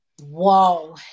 Whoa